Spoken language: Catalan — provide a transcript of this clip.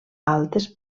altes